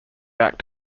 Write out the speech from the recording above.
act